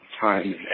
time